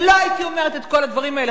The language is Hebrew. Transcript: ולא הייתי אומרת את כל הדברים האלה,